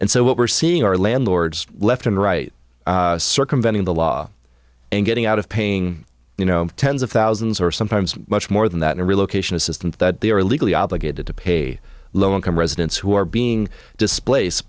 and so what we're seeing are landlords left and right circumventing the law and getting out of paying you know tens of thousands or sometimes much more than that in relocation assistance that they are legally obligated to pay low income residents who are being displaced